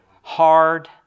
hard